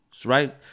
Right